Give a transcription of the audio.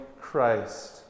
Christ